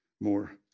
more